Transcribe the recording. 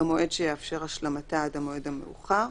במועד שיאפשר השלמתה עד המועד המאוחר,